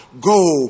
go